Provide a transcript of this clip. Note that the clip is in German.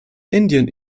indien